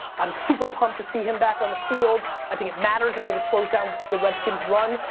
i'm super pumped to see him back on the field. i think it matters. i think it slows down the redskin's run.